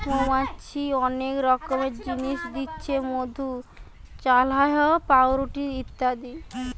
মৌমাছি অনেক রকমের জিনিস দিচ্ছে মধু, চাল্লাহ, পাউরুটি ইত্যাদি